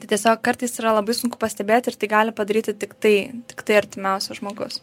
tai tiesiog kartais yra labai sunku pastebėt ir tai gali padaryti tiktai tiktai artimiausias žmogus